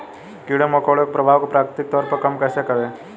कीड़े मकोड़ों के प्रभाव को प्राकृतिक तौर पर कम कैसे करें?